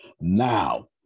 Now